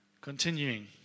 Continuing